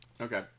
okay